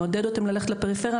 נעודד אותם ללכת לפריפריה,